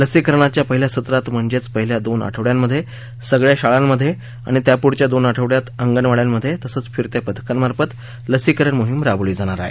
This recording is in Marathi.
लसीकरणाच्या पहिल्या सत्रात म्हणजेच पहिल्या दोन आठवड्यांमध्ये सगळ्या शाळांमध्ये आणि त्यापुढच्या दोन आठवड्यांत अंगणवाड्यांमध्ये तसंच फिरत्या पथकांमार्फत लसीकरण मोहिम राबवली जाणार आहे